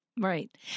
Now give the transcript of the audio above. Right